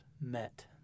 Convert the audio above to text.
met